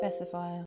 specifier